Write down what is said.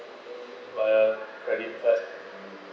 uh credit card